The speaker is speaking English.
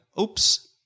Oops